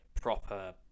proper